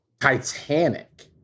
Titanic